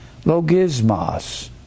logismos